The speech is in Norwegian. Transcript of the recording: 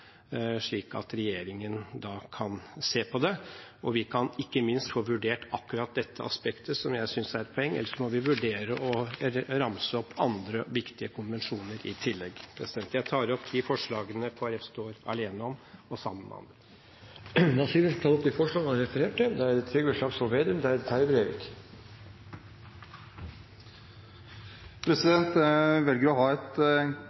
slik at regjeringen kan se på det. Vi kan, ikke minst, få vurdert akkurat dette aspektet, som jeg synes er et poeng – ellers må vi vurdere å ramse opp andre viktige konvensjoner i tillegg. Jeg tar opp de forslagene Kristelig Folkeparti står alene om, og dem vi står sammen med andre om. Representanten Hans Olav Syversen har tatt opp de forslagene han refererte